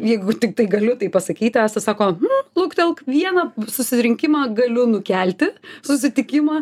jeigu tiktai galiu tai pasakyti asta sako nu luktelk vieną susirinkimą galiu nukelti susitikimą